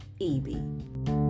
EB